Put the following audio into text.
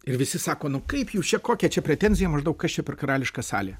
ir visi sako nu kaip jūs čia kokia čia pretenzija maždaug kas čia per karališka salė